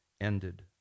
ended